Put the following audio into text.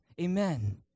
Amen